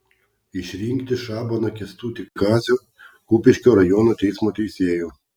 išrinkti šabaną kęstutį kazio kupiškio rajono teismo teisėju